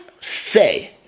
say